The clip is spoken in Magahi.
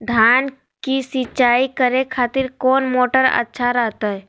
धान की सिंचाई करे खातिर कौन मोटर अच्छा रहतय?